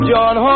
John